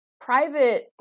Private